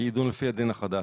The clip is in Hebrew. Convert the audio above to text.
יידון לפי הדין החדש,